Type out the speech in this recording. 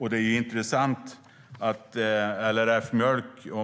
Undersökningen av LRF Mjölk visar